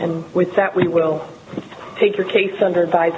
and with that we will take your case under